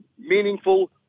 meaningful